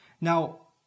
Now